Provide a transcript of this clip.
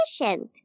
efficient